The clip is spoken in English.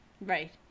Right